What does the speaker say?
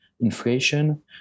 inflation